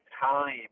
time